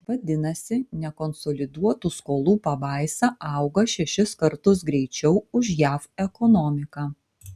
vadinasi nekonsoliduotų skolų pabaisa auga šešis kartus greičiau už jav ekonomiką